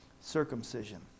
circumcision